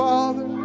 Father